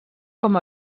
com